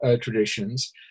traditions